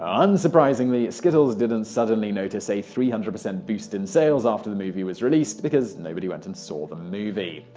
um unsurprisingly, skittles didn't suddenly notice a three hundred percent boost in sales after the movie was released because nobody went and saw this movie.